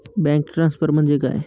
Bank transfer म्हणजे काय?